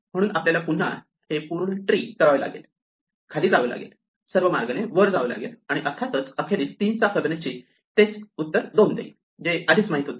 म्हणून आपल्याला पुन्हा हे पूर्ण ट्री करावे लागेल खाली जावे लागेल सर्व मार्गाने वर जावे लागेल आणि अर्थातच अखेरीस 3 चा फिबोनाची तेच उत्तर 2 देईल जे आधीच माहित होते